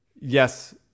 yes